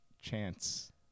Chance